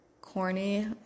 corny